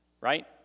right